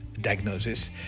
diagnosis